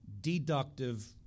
deductive